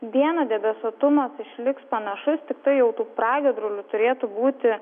dieną debesuotumas išliks panašus tiktai jau tų pragiedrulių turėtų būti